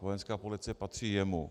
Vojenská policie patří jemu.